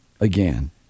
again